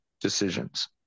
decisions